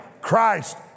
Christ